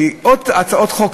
שיהיו עוד הצעות חוק,